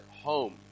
home